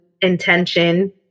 intention